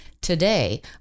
Today